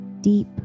deep